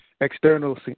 external